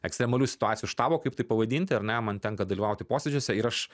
ekstremalių situacijų šatbo kaip tai pavadinti ar ne man tenka dalyvauti posėdžiuose ir aš